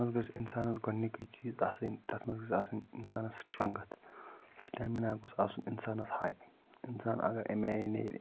تتھ مَنٛز گَژھِ اِنسانَس گۄڈنکُے چیٖز آسن تتھ مَنٛز گٔژھ آسٕن سٹریٚنگتھ سٹیمِنا گوٚژھ آسُن اِنسانَس ہاے اِنسان اگر امہ آیہ میلہِ